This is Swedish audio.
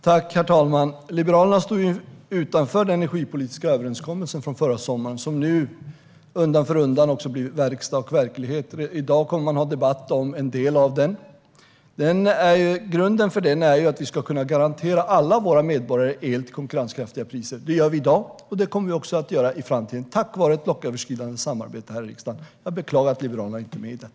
Herr talman! Liberalerna står utanför den energipolitiska överenskommelsen från förra sommaren, som nu undan för undan blir verkstad och verklighet. I dag kommer man att ha debatt om en del av den. Grunden för den är att vi ska kunna garantera alla våra medborgare el till konkurrenskraftiga priser. Det gör vi i dag, och det kommer vi också att göra i framtiden tack vare ett blocköverskridande samarbete här i riksdagen. Jag beklagar att Liberalerna inte är med i detta.